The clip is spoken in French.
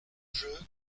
jeu